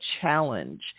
Challenge